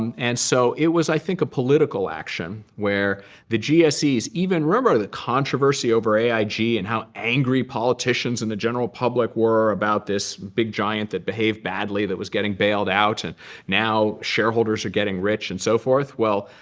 and and so it was, i think, a political action where the gses even remember, the controversy over aig and how angry politicians and the general public were about this big giant that behaved badly that was getting bailed out. and now shareholders are getting rich and so forth. well,